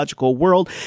world